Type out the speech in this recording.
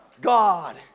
God